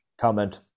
comment